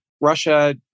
Russia